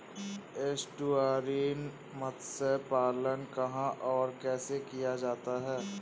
Estuarine मत्स्य पालन कहां और कैसे किया जाता है?